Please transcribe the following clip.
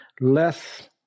less